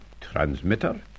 Transmitter